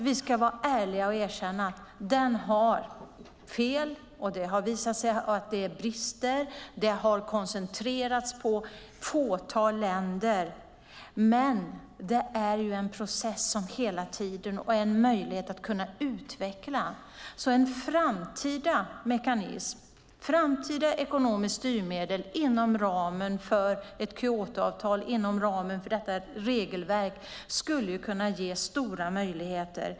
Vi ska vara ärliga och erkänna att den har sina fel, den har visat sig ha brister, den har koncentrerats på ett fåtal länder, men det är en process som hela tiden pågår och är möjlig att utveckla. En framtida mekanism, framtida ekonomiska styrmedel, inom ramen för ett Kyotoavtal, inom ramen för detta regelverk, skulle kunna ge stora möjligheter.